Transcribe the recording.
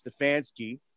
stefanski